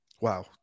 Wow